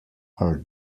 are